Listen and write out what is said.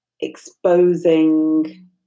exposing